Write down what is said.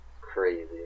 crazy